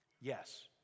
Yes